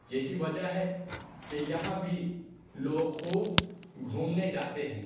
یہی وجہ ہے کہ یہاں بھی لوگ خوب گھومنے جاتے ہیں